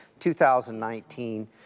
2019